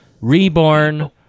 Reborn